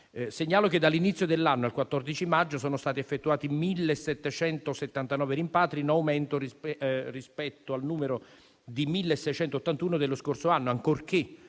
segnalo che dall'inizio dell'anno al 14 maggio sono stati effettuati 1.779 rimpatri, in aumento rispetto ai 1.681 dello scorso anno, ancorché